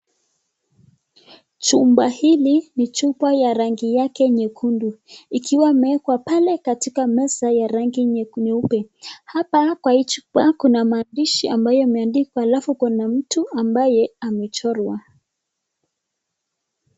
Chupa hili ni chupa ya rangi yake nyekundu ikiwa imewekwa pale katika meza ya rangi nyeupe. Hapa kwa hii chupa kuna maandishi ambayo yameandikwa alafu kuna mtu ambaye amechorwa.